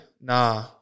Nah